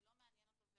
זה לא מעניין אותו,